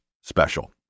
special